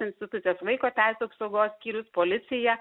institucijas vaiko teisių apsaugos skyrius policija